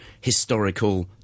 historical